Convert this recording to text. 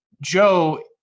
joe